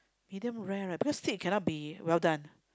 medium rare right because steak cannot be well done